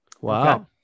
Wow